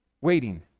waiting